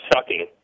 sucking